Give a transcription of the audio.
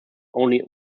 only